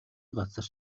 газар